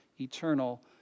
eternal